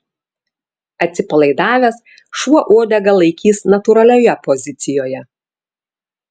atsipalaidavęs šuo uodegą laikys natūralioje pozicijoje